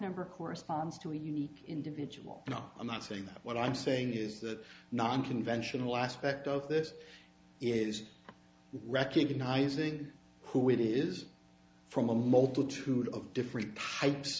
number corresponds to a unique individual no i'm not saying that what i'm saying is that non conventional aspect of this is recognizing who it is from a multitude of different types